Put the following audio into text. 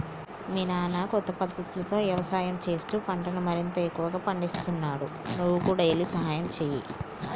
మీ నాన్న కొత్త పద్ధతులతో యవసాయం చేస్తూ పంటను మరింత ఎక్కువగా పందిస్తున్నాడు నువ్వు కూడా ఎల్లి సహాయంచేయి